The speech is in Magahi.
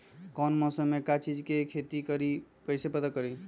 कौन मौसम में का चीज़ के खेती करी कईसे पता करी?